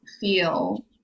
feel